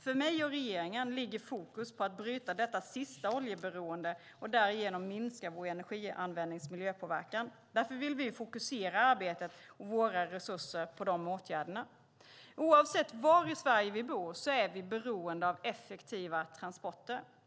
För mig och regeringen ligger fokus på att bryta detta sista oljeberoende och därigenom minska vår energianvändnings miljöpåverkan. Därför vill vi fokusera arbetet och våra resurser på de åtgärderna. Oavsett var i Sverige vi bor är vi beroende av effektiva transporter.